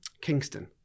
Kingston